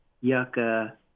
yucca